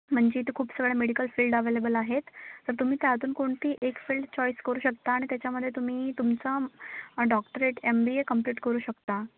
म्हणजे इथे खूप सगळ्या मेडिकल फील्ड अव्हेलेबल आहेत तर तुम्ही त्यातून कोणती एक फील्ड चॉइस करू शकता आणि त्याच्यामध्ये तुम्ही तुमचा डॉक्टरेट एमबीए कम्प्लीट करू शकता